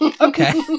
okay